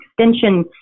extension